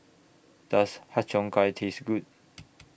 Does Har Cheong Gai Taste Good